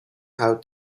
how